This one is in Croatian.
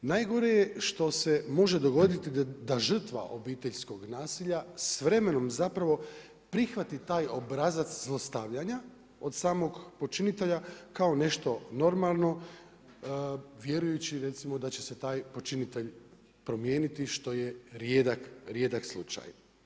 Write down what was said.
Najgore je što se može dogoditi da žrtva obiteljskog nasilja s vremenom zapravo prihvati taj obrazac zlostavljanja od samog počinitelja kao nešto normalno, vjerujući recimo da će se taj počinitelj promijeniti što je rijedak slučaj.